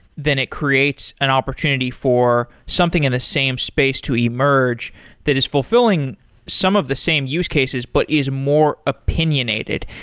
then it creates an opportunity for something in the same space to emerge that is fulfilling some of the same use cases, but is more opinionated.